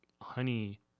honey